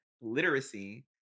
literacy